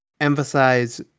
emphasize